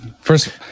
First